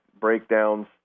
breakdowns